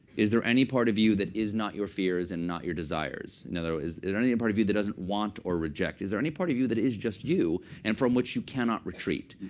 is there any part of you that is not your fears and not your desires? in other words, is there any and part of you that doesn't want or reject? is there any part of you that is just you and from which you cannot retreat?